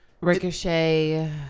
Ricochet